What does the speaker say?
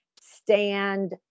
stand